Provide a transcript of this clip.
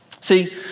See